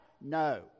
No